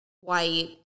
white